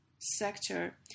sector